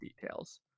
details